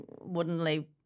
woodenly